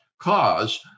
cause